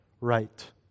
right